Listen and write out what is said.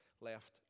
left